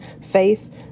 faith